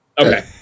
Okay